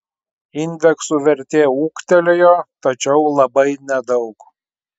indeksų vertė ūgtelėjo tačiau labai nedaug